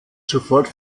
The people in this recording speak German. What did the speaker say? sofort